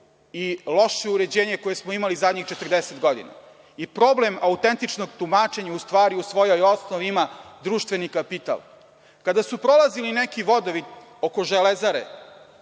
i loše uređenje koje smo imali zadnjih 40 godina. Problem autentičnog tumačenja u stvari u svojoj osnovi ima društveni kapital. Kada su prolazili neki vodovi oko Železare